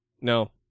no